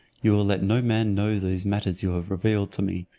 you will let no man know those matters you have revealed to me,